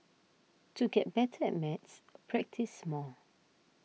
to get better at maths practise more